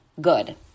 good